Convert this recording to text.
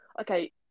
Okay